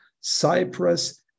Cyprus